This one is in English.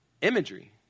imagery